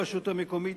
הרשות המקומית,